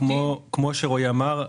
כמו שרועי אמר,